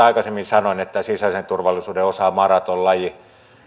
aikaisemmin sanoin että tämä sisäisen turvallisuuden osa on maratonlaji